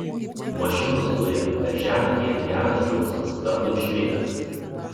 mašinos zuja per žemę eina geras džiaugsmas tartum šveikas